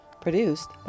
produced